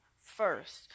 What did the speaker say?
first